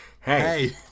Hey